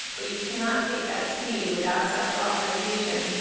but you cannot take that seed without separate authorization,